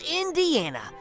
Indiana